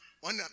One